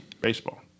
Baseball